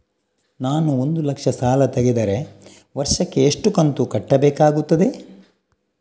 ನಾನು ಒಂದು ಲಕ್ಷ ಸಾಲ ತೆಗೆದರೆ ವರ್ಷಕ್ಕೆ ಎಷ್ಟು ಕಂತು ಕಟ್ಟಬೇಕಾಗುತ್ತದೆ?